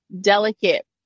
delicate